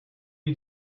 are